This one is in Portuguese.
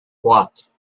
quatro